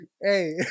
Hey